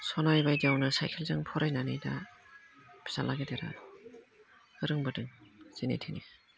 समाय बायदियावनो साइकेलजों फरायनानै दा फिसाज्ला गेदेरा रोंबोदों दिनै